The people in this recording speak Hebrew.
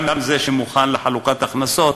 גם זה שמוכן לחלוקת הכנסות,